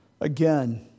again